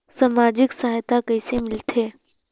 समाजिक सहायता कइसे मिलथे?